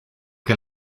que